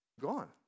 Gone